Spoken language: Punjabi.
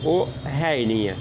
ਉਹ ਹੈ ਹੀ ਨਹੀਂ ਹੈ